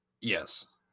Yes